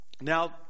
Now